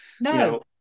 no